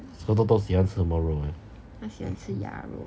so toto 喜欢吃什么肉 leh